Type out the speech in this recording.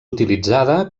utilitzada